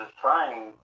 trying